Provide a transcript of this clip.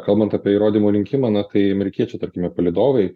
kalbant apie įrodymų rinkimą na tai amerikiečių tarkime palydovai